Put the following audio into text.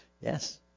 Yes